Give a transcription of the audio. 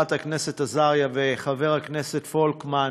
חברת הכנסת עזריה וחבר הכנסת פולקמן,